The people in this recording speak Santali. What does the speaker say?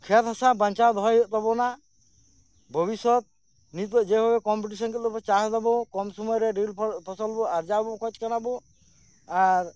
ᱠᱷᱮᱛ ᱦᱟᱥᱟ ᱵᱟᱧᱪᱟᱣ ᱫᱚᱦᱚᱭ ᱦᱩᱭᱩᱜ ᱛᱟᱵᱚᱱᱟ ᱵᱷᱚᱵᱤᱥᱥᱚᱛ ᱱᱤᱛᱳᱜ ᱡᱮ ᱦᱟᱨ ᱛᱮ ᱠᱚᱢᱯᱮᱴᱤᱥᱚᱱ ᱠᱟᱛᱮ ᱪᱟᱥ ᱫᱟᱵᱚᱱ ᱠᱚᱢ ᱥᱚᱢᱚᱭ ᱨᱮ ᱰᱷᱮᱹᱨ ᱯᱷᱚᱥᱚᱞ ᱟᱨᱡᱟᱣ ᱵᱚᱱ ᱠᱷᱚᱡᱽ ᱠᱟᱱᱟ ᱵᱚ ᱟᱨ